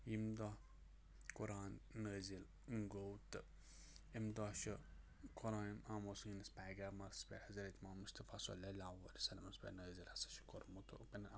ییٚمہِ دۄہ قۄران نٲزِل گوٚو تہٕ اَمہِ دۄہ چھُ قۄران آمُت سٲنِس پیغمبَرس پٮ۪ٹھ حضرت محمد مُصطفیٰ صلی اللہ علیہِ وسلمس پٮ۪ٹھ نٲزِل ہسا چھُ کوٚرمُت